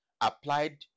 applied